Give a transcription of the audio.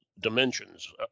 dimensions